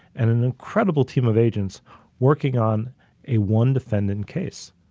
and an incredible team of agents working on a one defendant case.